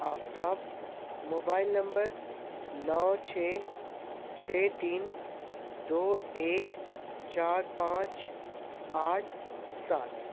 آفتاب mobile number نو چھ چھ تین دو ایک چار پانچ آٹھ سات